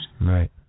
Right